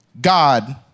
God